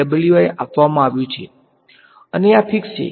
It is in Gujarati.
મને અને આપવામાં આવ્યું છે અને આ ફીક્ષ છે